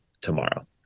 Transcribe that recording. tomorrow